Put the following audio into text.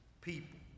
people